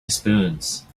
spoons